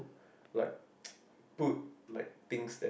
like put like things that